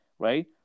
right